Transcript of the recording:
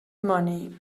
money